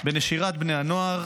בנשירת בני הנוער